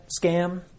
scam